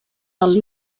del